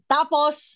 Tapos